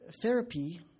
therapy